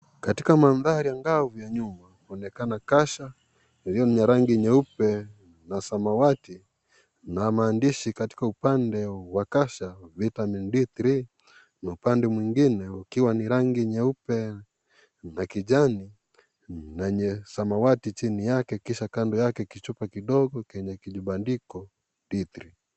Katika mandhari angavu ya nyuma, linaonekana kasha lililo na rangi nyeupe na samawati na maandishi katika upande wa kasha Vitamin D3 na upande mwingine ukiwa ni rangi nyeupe na kijani na samawati chini yake kisha kando yako kichupa kidogo chenye kibandiko D3.